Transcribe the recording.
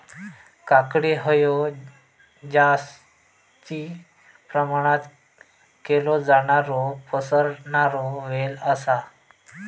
काकडी हयो जास्ती प्रमाणात केलो जाणारो पसरणारो वेल आसा